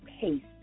paste